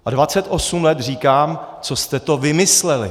A 28 let říkám, co jste to vymysleli.